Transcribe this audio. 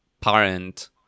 parent